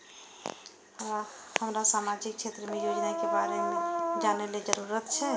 हमरा सामाजिक क्षेत्र के योजना के बारे में जानय के जरुरत ये?